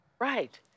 Right